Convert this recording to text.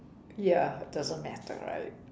ya it doesn't matter right